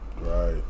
Right